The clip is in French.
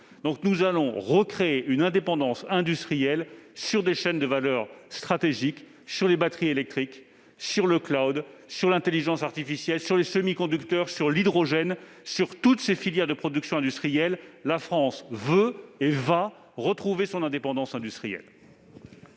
Nous allons donc recréer une indépendance industrielle sur des chaînes de valeur stratégiques telles que les batteries électriques, le, l'intelligence artificielle, les semi-conducteurs, l'hydrogène. Sur toutes ces filières de production, la France veut et va retrouver son indépendance industrielle.